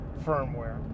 firmware